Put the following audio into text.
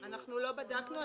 לא בדקנו.